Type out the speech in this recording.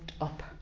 up